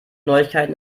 neuigkeiten